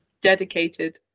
dedicated